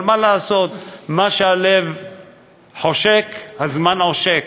אבל מה לעשות, מה שהלב חושק הזמן עושק.